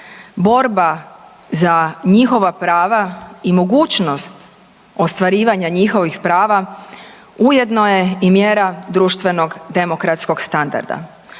borba za njihova prava i mogućnost ostvarivanja njihovih prava ujedno je i mjera društvenog demokratskog standarda.